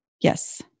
Yes